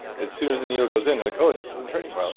as soon as the needle goes in, like, oh, it doesn't hurt anymore.